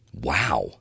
Wow